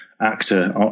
actor